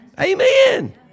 Amen